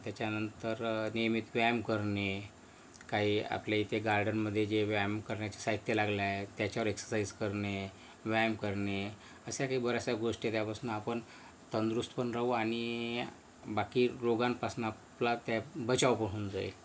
त्याच्यानंतर नियमित व्यायाम करणे काही आपल्या इथे गार्डनमध्ये जे व्यायाम करण्याचे साहित्य लागलं आहे त्याच्यावर एक्सर्साइज करणे व्यायाम करणे अशा काही बऱ्याचशा गोष्टी त्यापासून आपण तंदुरूस्त पण राहू आणि बाकी रोगांपासनं आपला त्या बचाव पण होऊन जाईल